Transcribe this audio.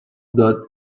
dot